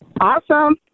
Awesome